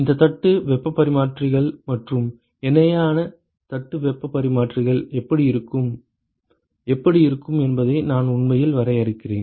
இந்த தட்டு வெப்பப் பரிமாற்றிகள் மற்றும் இணையான தட்டு வெப்பப் பரிமாற்றிகள் எப்படி இருக்கும் எப்படி இருக்கும் என்பதை நான் உண்மையில் வரைகிறேன்